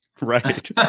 right